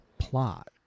plot